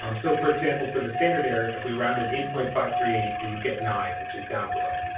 um so for example for the standard error if we rounded eight point five three eight we would get nine which his down below.